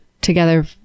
together